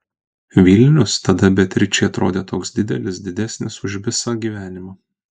vilnius tada beatričei atrodė toks didelis didesnis už visą gyvenimą